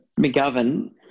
McGovern